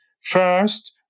first